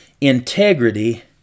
Integrity